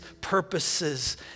purposes